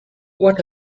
what